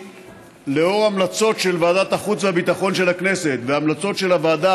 לאור המלצות של ועדת החוץ והביטחון של הכנסת והמלצות של הוועדה